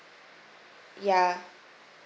ya